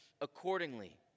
accordingly